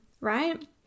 right